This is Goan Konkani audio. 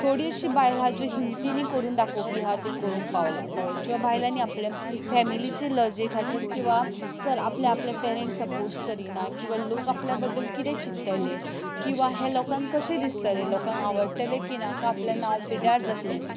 थोडी अशीं बायलां हा ज्यो हिमतीन करून दाखोवपी हा त्यो करूंक पावल्या बट ज्या बायलांनी आपलें फेमिलिची लजे खातीर किंवां चल आपले आपले पॅरंट्स सपोर्ट्स करिना किंवां लोक आपल्या बद्दल कितें चिंत्तले किंवां हें लोकांक कशें दिसतलें लोकांक आवडटलें की ना काय आपलें नांव पिड्ड्यार जातलें